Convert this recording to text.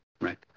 right